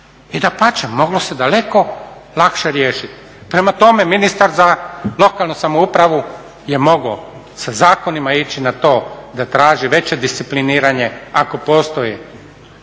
I dapače, moglo se daleko lakše riješiti. Prema tome, ministar za lokalnu samoupravu je mogao sa zakonima ići na to da traži veće discipliniranje ako postoji